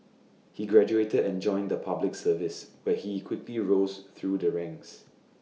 he graduated and joined the Public Service where he quickly rose through the ranks